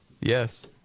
Yes